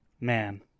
Man